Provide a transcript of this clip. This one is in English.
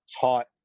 taught